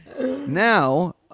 Now